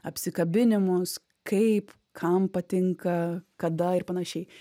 apsikabinimus kaip kam patinka kada ir panašiai